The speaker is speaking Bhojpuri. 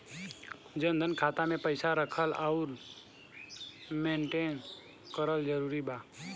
जनधन खाता मे पईसा रखल आउर मेंटेन करल जरूरी बा?